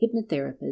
hypnotherapist